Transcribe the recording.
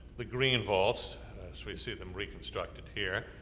the green vaults, as we see them reconstructed here,